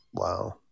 Wow